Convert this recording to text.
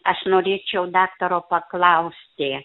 aš norėčiau daktaro paklausti